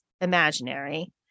imaginary